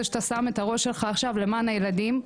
שאתה שם את הראש שלך עכשיו למען הילדים.